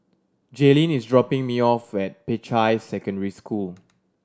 Jalynn is dropping me off at Peicai Secondary School